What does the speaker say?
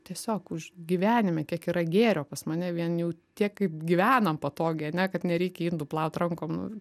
tiesiog už gyvenime kiek yra gėrio pas mane vien jau tiek kaip gyvenam patogiai ar ne kad nereikia indų plaut rankom